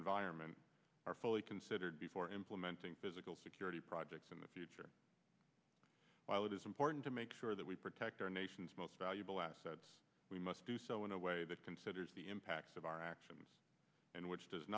environment are fully considered before implementing physical security projects in the future while it is important to make sure that we protect our nation's most valuable assets we must do so in a way that considers the impacts of our actions and which does